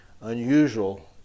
unusual